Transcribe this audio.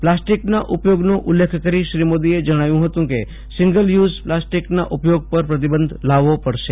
પ્લાસ્ટિકના ઉપયોગનો ઉલ્લેખ કરી શ્રી મોદીએ જણાવ્યું હતું કે સીંગલ યુઝ પ્લાસ્ટિકના ઉપયોગ પર પ્રતિબંધ લાવવો પડશે